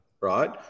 right